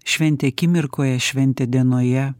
šventė akimirkoje šventė dienoje